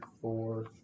four